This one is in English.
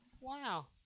Wow